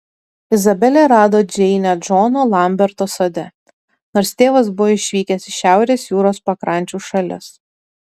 izabelė rado džeinę džono lamberto sode nors tėvas buvo išvykęs į šiaurės jūros pakrančių šalis